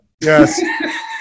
yes